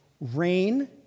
rain